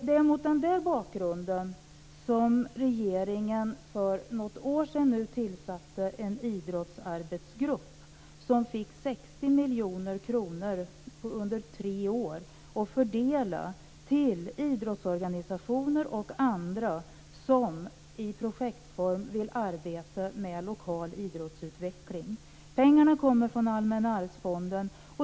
Det är mot den bakgrunden som regeringen för något år sedan tillsatte en idrottsarbetsgrupp som fick 60 miljoner kronor under tre år att fördela till idrottsorganisationer och andra som i projektform vill arbeta med lokal idrottsutveckling. Pengarna kommer från Allmänna arvsfonden.